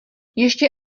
ještě